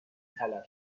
طلب